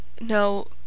No